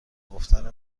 گفتن